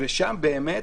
שם באמת